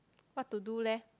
what to do leh